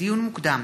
לדיון מוקדם